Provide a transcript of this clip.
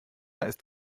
ist